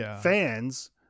fans